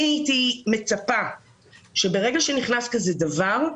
אני הייתי מצפה שברגע שנכנס כזה דבר,